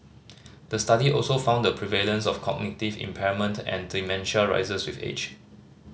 the study also found the prevalence of cognitive impairment and dementia rises with age